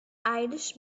irish